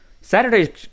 Saturday